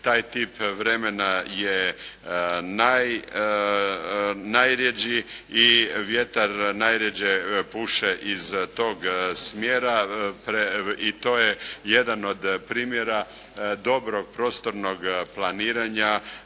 taj tip vremena je najrjeđi i vjetar najrjeđe puše iz tog smjera. I to je jedan od primjera dobrog prostornog planiranja